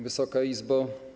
Wysoka Izbo!